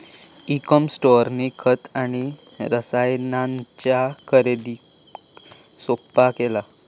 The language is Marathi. ई कॉम स्टोअरनी खत आणि रसायनांच्या खरेदीक सोप्पा केला